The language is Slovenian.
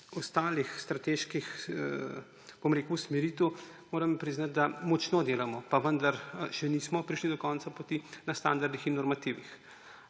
ostalih strateških usmeritev, moram priznati, da močno delamo, pa vendar še nismo prišli do konca poti na standardih in normativih